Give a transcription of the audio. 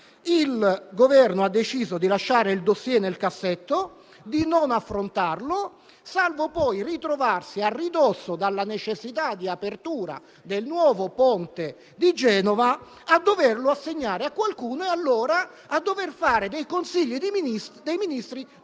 Il Governo ha deciso di lasciare il *dossier* nel cassetto e di non affrontarlo, salvo poi ritrovarsi, a ridosso della necessità di apertura del nuovo ponte di Genova, a doverlo assegnare a qualcuno e a dover fare, quindi, un Consiglio dei ministri durante